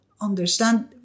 understand